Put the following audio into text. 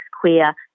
queer